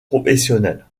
professionnel